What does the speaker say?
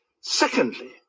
Secondly